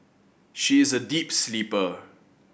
she is a deep sleeper